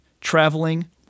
traveling